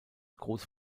große